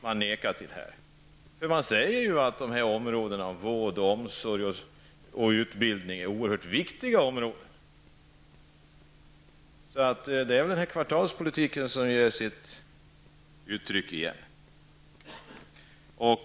Man säger ju att områdena vård, omsorg och utbildning är oerhört viktiga. Det är väl kvartalspolitiken som på nytt kommer till uttryck.